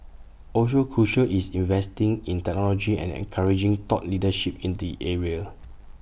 also crucial is investing in technology and encouraging thought leadership in the area